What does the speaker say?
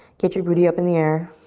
get your booty up in the air.